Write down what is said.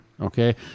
okay